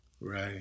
Right